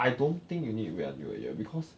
I don't think you need to wait until a year because